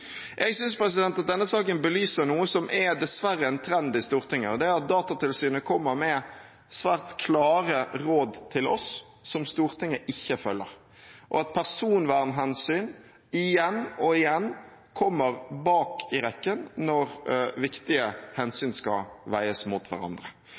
Jeg synes at denne saken belyser noe som dessverre er en trend i Stortinget, og det er at Datatilsynet kommer med svært klare råd til oss som Stortinget ikke følger, og at personvernhensyn igjen og igjen kommer bak i rekken når viktige